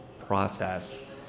process